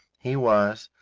he was,